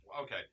okay